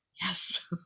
yes